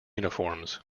uniforms